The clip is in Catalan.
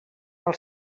pel